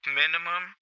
minimum